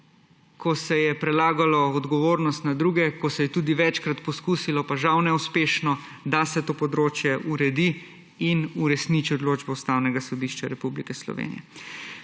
ko se je prelagalo odgovornost na druge, ko se je tudi večkrat poskusilo, pa žal neuspešno, da se to področje uredi in uresniči odločba Ustavnega sodišča Republike Slovenije.